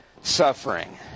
suffering